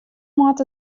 moat